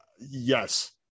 Yes